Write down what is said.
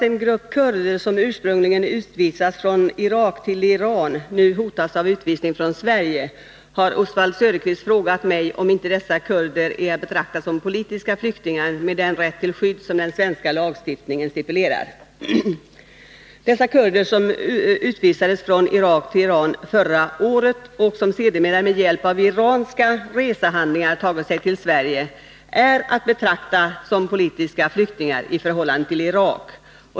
En grupp kurder i Sverige hotas av utvisning till Iran. De har flytt därifrån och har legitimationshandlingar av olika slag, utfärdade av iranska myndigheter. Men de flesta av dem är inte kurder från Iran. De har i flera omgångar, senast i april 1980, deporterats till Iran från Irak.